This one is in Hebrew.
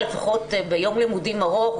לפחות ביום לימודים ארוך,